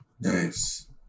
nice